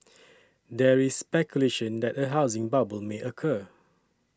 there is speculation that a housing bubble may occur